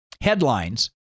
headlines